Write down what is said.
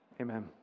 Amen